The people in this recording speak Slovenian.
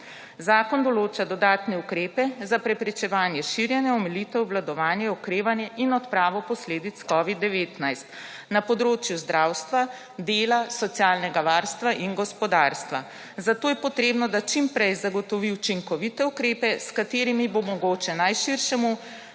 Zakon določa dodatne ukrepe za preprečevanje širjenja, omilitev, obvladovanje, okrevanje in odpravo posledic covida-19 na področju zdravstva, dela, socialnega varstva in gospodarstva. Zato je potrebno, da čim prej zagotovi učinkovite ukrepe, s katerimi bo mogoče najširšemu